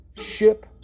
ship